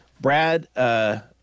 Brad –